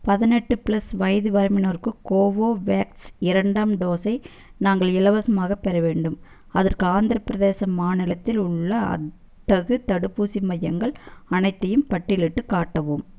பதினெட்டு பிளஸ் வயது வரம்பினருக்கு கோவோவேக்ஸ் இரண்டாம் டோஸை நாங்கள் இலவசமாகப் பெற வேண்டும் அதற்கு ஆந்திரப் பிரதேச மாநிலத்தில் உள்ள அத்தகு தடுப்பூசி மையங்கள் அனைத்தையும் பட்டியலிட்டுக் காட்டவும்